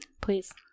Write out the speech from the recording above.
Please